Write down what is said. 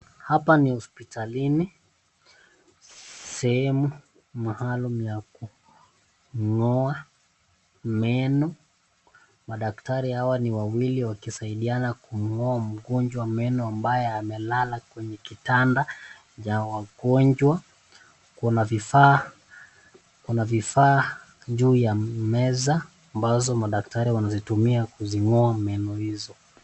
Hapa ni hospitalini sehemu maalum ya kung'oa meno. Madaktari hawa ni wawili wakisidiana kung'oa mgonjwa meno ambaye amelala kwenye kitanda ya wagonjwa. Kuna vifaa juu ya meza ambazo madaktari wanazitumia kungoa meno hizo.